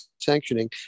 sanctioning